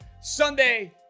Sunday